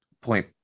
point